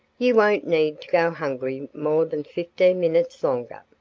you won't need to go hungry more than fifteen minutes longer.